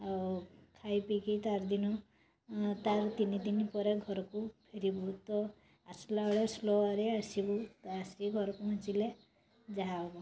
ଆଉ ଖାଇ ପିଇକି ତା' ଆରଦିନ ତା'ର ତିନଦିନ ପରେ ଘରକୁ ଫେରିବୁ ତ ଆସିଲାବେଳେ ସ୍ଲୋରେ ଆସିବୁ ତ ଆସିକି ଘରେ ପହଞ୍ଚିଲେ ଯାହା ହେବ